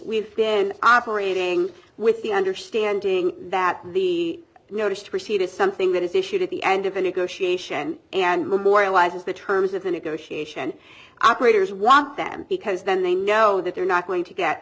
we've been operating with the understanding that the notice to proceed is something that is issued at the end of a negotiation and memorializes the terms of the negotiation operators want them because then they know that they're not going to get